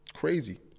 Crazy